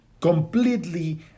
completely